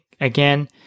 again